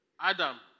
Adam